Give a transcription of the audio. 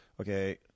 okay